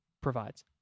provides